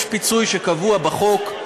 יש פיצוי שקבוע בחוק,